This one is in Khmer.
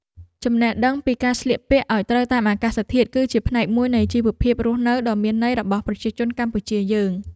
ចំណេះដឹងពីការស្លៀកពាក់ឱ្យត្រូវតាមអាកាសធាតុ គឺជាផ្នែកមួយនៃជីវភាពរស់នៅដ៏មានន័យរបស់ប្រជាជនកម្ពុជាយើង។